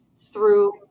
through-